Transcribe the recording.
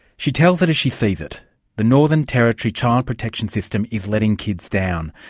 she tells it as she sees it the northern territory child protection system is letting kids down,